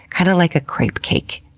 kind of like a crepe cake,